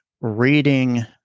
reading